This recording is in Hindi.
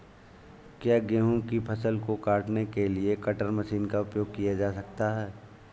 क्या गेहूँ की फसल को काटने के लिए कटर मशीन का उपयोग किया जा सकता है?